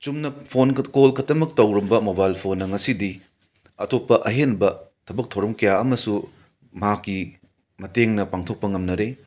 ꯆꯨꯝꯅ phone call ꯈꯛꯇꯃꯛ ꯇꯧꯔꯝꯕ ꯃꯣꯕꯥꯏꯜ ꯐꯣꯟꯅ ꯉꯁꯤꯗꯤ ꯑꯇꯣꯞꯄ ꯑꯍꯦꯟꯕ ꯊꯕꯛ ꯊꯧꯔꯝ ꯀꯌꯥ ꯑꯃꯁꯨ ꯃꯍꯥꯛꯀꯤ ꯃꯇꯦꯡꯅ ꯄꯥꯡꯊꯣꯛꯄ ꯉꯝꯅꯔꯦ